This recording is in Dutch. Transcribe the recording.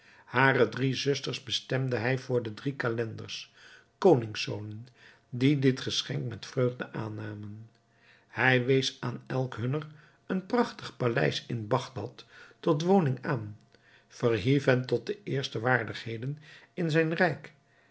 hare drie zusters bestemde hij voor de drie calenders koningszonen die dit geschenk met vreugde aannamen hij wees aan elk hunner een prachtig paleis in bagdad tot woning aan verhief hen tot de eerste waardigheden in zijn rijk